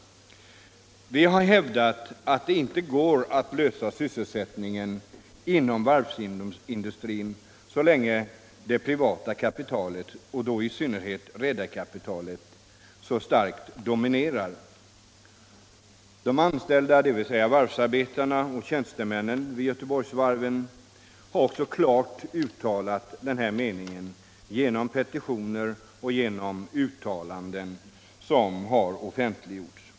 Vi har hävdat att det inte går att klara sysselsättningen inom varvsindustrin så länge det privata kapitalet, och då i synnerhet redarkapitalet, så starkt dominerar. De anställda, dvs. varvsarbetarna och tjänstemännen, vid Göteborgsvarven har genom petitioner och uttalanden som offentliggjorts klart uttalat samma mening.